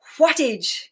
wattage